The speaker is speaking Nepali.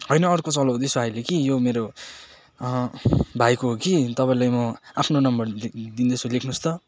होइन अर्को चलाउँदैछु अहिले कि यो मेरो भाइको हो कि तपाईँलाई म आफ्नो नम्बर दिँदैछु लेख्नुहोस् त